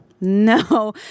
No